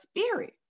spirit